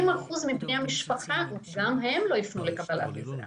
60% מבני המשפחה, גם הם לא יפנו לקבלת עזרה.